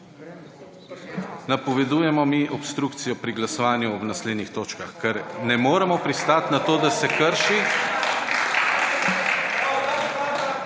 napovedujemo mi obstrukcijo pri glasovanju ob naslednjih točkah, ker ne moremo pristati na to, da se krši